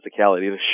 physicality